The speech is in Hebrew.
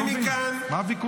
אני לא מבין, מה הוויכוח?